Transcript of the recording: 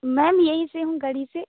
ma'am यहीं से हूँ घरी से